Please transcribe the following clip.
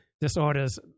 disorders